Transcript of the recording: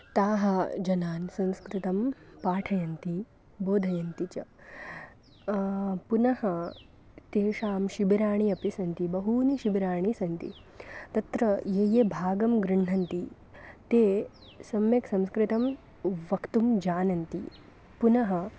ताः जनान् संस्कृतं पाठयन्ति बोधयन्ति च पुनः तेषां शिबिराणि अपि सन्ति बहूनि शिबिराणि सन्ति तत्र ये ये भागं गृह्णन्ति ते संस्कृतं वक्तुं जानन्ति पुनः